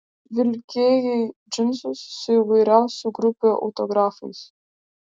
vilkėjai džinsus su įvairiausių grupių autografais